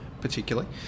particularly